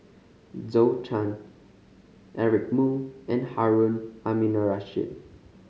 Zhou Can Eric Moo and Harun Aminurrashid